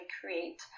create